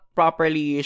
properly